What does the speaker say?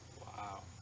Wow